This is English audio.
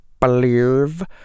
believe